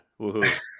Woohoo